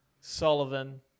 Sullivan